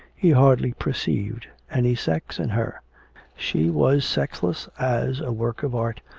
he hardly perceived any sex in her she was sexless as a work of art,